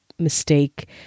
mistake